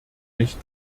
nicht